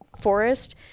forest